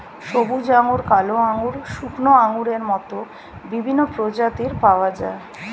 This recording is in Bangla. সবুজ আঙ্গুর, কালো আঙ্গুর, শুকনো আঙ্গুরের মত বিভিন্ন প্রজাতির পাওয়া যায়